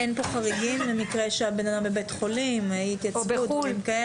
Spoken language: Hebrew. אין פה חריגים למקרה שאדם לא התייצב בגלל שהוא בבית חולים ודברים כאלה?